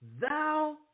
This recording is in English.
thou